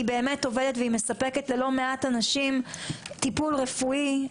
היא באמת עובדת והיא מספקת ללא מעט אנשים טיפול רפואי,